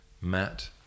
Matt